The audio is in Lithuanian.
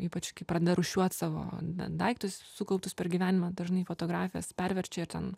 ypač kai pradeda rūšiuot savo daiktus sukauptus per gyvenimą dažnai fotografijas perverčia ten